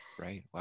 Right